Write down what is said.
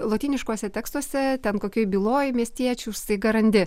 lotyniškuose tekstuose ten kokioj byloj miestiečių staiga randi